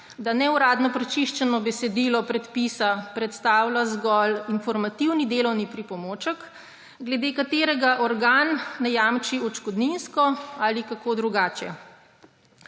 da neuradno prečiščeno besedilo predpisa predstavlja zgolj informativni delovni pripomoček, glede katerega organ ne jamči odškodninsko ali kako drugače.